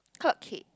called Kate